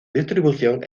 distribución